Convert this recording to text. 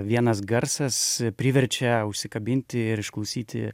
vienas garsas priverčia užsikabinti ir išklausyti